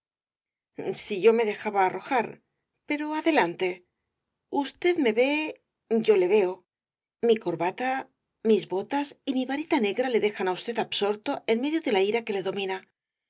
si yo me dejaba arrojar pero adelante usted me ve yo le veo mi corbata mis botas y mi varita negra le dejan á usted absorto en medio de la ira que le domina